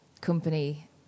company